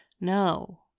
No